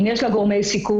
אם יש לה גורמי סיכון,